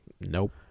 nope